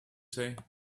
say